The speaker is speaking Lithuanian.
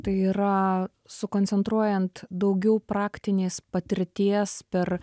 tai yra sukoncentruojant daugiau praktinės patirties per